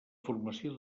formació